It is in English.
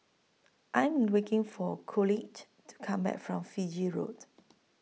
I Am waiting For Coolidge to Come Back from Fiji Road